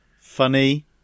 funny